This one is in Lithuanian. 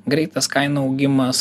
greitas kainų augimas